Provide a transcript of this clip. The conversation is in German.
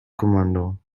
kommando